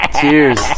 cheers